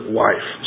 wife